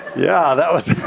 yeah that was